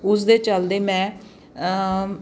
ਉਸਦੇ ਚਲਦੇ ਮੈਂ